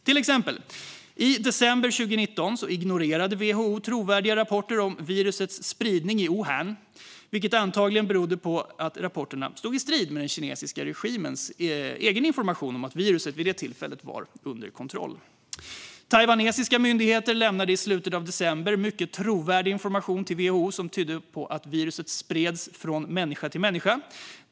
Till exempel ignorerade WHO i december 2019 trovärdiga rapporter om virusets spridning i Wuhan, vilket antagligen berodde på att rapporterna stod i strid med den kinesiska regimens egen information om att viruset vid det tillfället var under kontroll. Taiwanesiska myndigheter lämnade i slutet av december mycket trovärdig information till WHO som tydde på att viruset spreds från människa till människa.